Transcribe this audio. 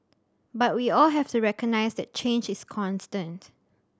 but we all have to recognise that change is constant